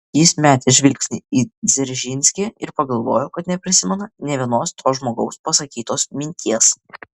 jis metė žvilgsnį į dzeržinskį ir pagalvojo kad neprisimena nė vienos to žmogaus pasakytos minties